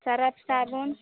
Surf साबुन